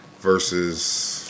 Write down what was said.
versus